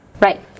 Right